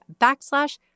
backslash